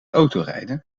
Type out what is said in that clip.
autorijden